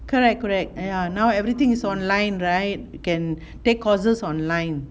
correct correct ya now everything is online right can take courses online